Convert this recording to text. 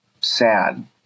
sad